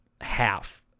half